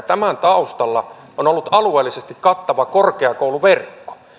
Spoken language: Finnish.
tämän taustalla on ollut alueellisesti kattava korkeakouluverkko